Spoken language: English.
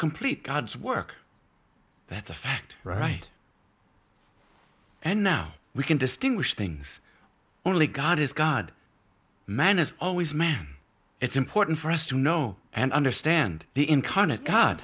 complete god's work that's a fact right and now we can distinguish things only god is god man is always man it's important for us to know and understand the incarnate god